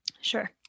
Sure